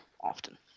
often